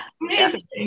Amazing